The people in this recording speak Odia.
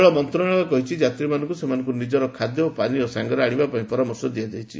ରେଳ ମନ୍ତ୍ରଣାଳୟ କହିଛି ଯାତ୍ରୀମାନଙ୍କୁ ସେମାନଙ୍କର ନିଜର ଖାଦ୍ୟ ଓ ପାନୀୟ ସାଙ୍ଗରେ ଆଣିବା ପାଇଁ ପରାମର୍ଶ ଦିଆଯାଇଛି